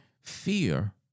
Fear